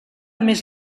més